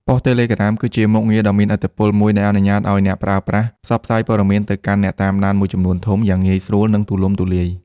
ប៉ុស្តិ៍ Telegram គឺជាមុខងារដ៏មានឥទ្ធិពលមួយដែលអនុញ្ញាតឲ្យអ្នកប្រើប្រាស់ ផ្សព្វផ្សាយព័ត៌មានទៅកាន់អ្នកតាមដានមួយចំនួនធំ យ៉ាងងាយស្រួល និងទូលំទូលាយ។